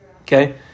Okay